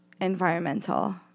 environmental